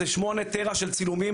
זה שמונה טרה של צילומים.